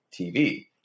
TV